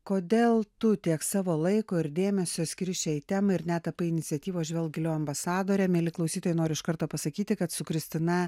kodėl tu tiek savo laiko ir dėmesio skiri šiai temai ir net tapai iniciatyvos žvelk giliau ambasadore mieli klausytojai noriu iš karto pasakyti kad su kristina